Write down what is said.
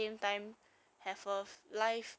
then you cannot ask question